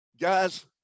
guys